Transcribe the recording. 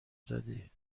دادی